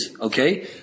okay